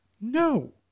no